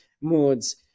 moods